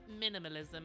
minimalism